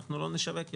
אנחנו לא נשווק היום.